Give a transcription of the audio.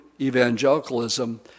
Evangelicalism